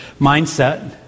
mindset